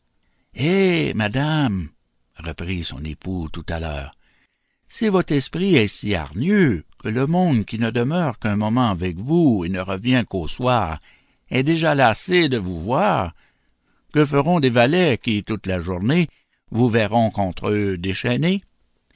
eh madame reprit son époux tout à l'heure si votre esprit est si hargneux que le monde qui ne demeure qu'un moment avec vous et ne revient qu'au soir est déjà lassé de vous voir que feront des valets qui toute la journée vous verront contre eux déchaînée